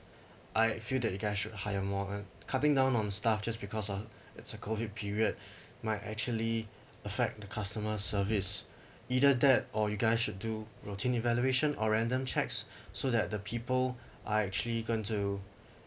I feel that you guys should hire more cutting down on staff just because of it's a COVID period might actually affect the customer service either that or you guys should do routine evaluation or random checks so that the people are actually going to